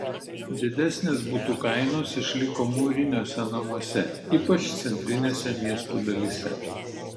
didesnės butų kainos išliko mūriniuose namuose ypač centrinėse miestų dalyse